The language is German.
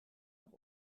noch